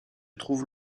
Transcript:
trouve